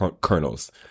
Kernels